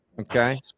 Okay